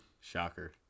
Shocker